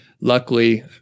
Luckily